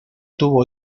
tuvo